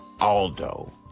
Aldo